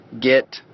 get